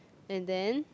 and then